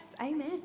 amen